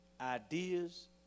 ideas